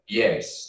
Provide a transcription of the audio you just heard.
yes